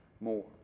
more